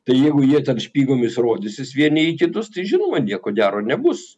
tai jeigu jie ten špygomis rodysis vieni į kitus tai žinoma nieko gero nebus